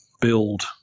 build